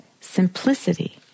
simplicity